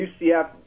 UCF